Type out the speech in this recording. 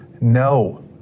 No